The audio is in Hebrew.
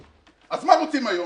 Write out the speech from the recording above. אז מה רוצים היום?